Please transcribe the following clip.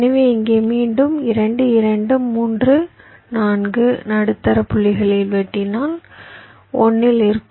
எனவே இங்கே மீண்டும் 2 2 3 4 நடுத்தர புள்ளியில் வெட்டினால் 1 இல் இருக்கும்